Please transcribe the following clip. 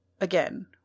again